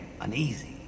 uneasy